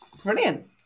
Brilliant